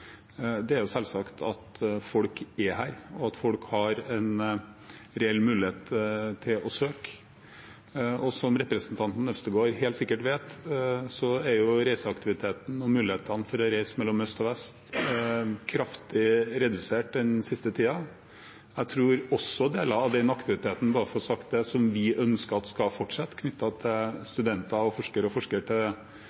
at folk har en reell mulighet til å søke. Som representanten Øvstegård helt sikkert vet, er jo reiseaktiviteten og mulighetene for å reise mellom øst og vest kraftig redusert den siste tiden. Jeg tror også deler av den aktiviteten som vi ønsker skal fortsette – bare for å ha sagt det – knyttet til studenter, forskere og forskningssamarbeid, vil bli betydelig påvirket av det faktum at